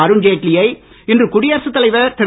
அருண்ஜெட்லியை இன்று குடியரசுத் தலைவர் திரு